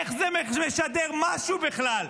איך זה משדר משהו, בכלל,